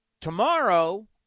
Tomorrow